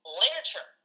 literature